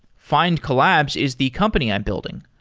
findcollabs is the company i'm building.